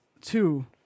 Two